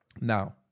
Now